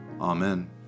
Amen